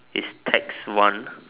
is tax one